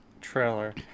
trailer